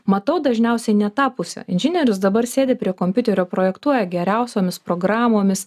matau dažniausiai ne tą pusę inžinierius dabar sėdi prie kompiuterio projektuoja geriausiomis programomis